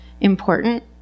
important